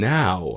now